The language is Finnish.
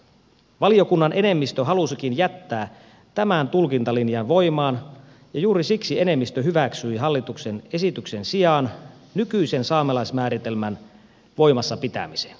valiokunnan enemmistö halusikin jättää tämän tulkintalinjan voimaan ja juuri siksi enemmistö hyväksyi hallituksen esityksen sijaan nykyisen saamelaismääritelmän voimassa pitämisen